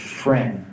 friend